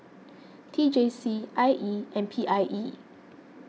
T J C I E and P I E